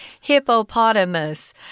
hippopotamus